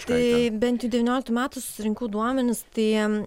štai bent devynioliktų metų surinkau duomenis tai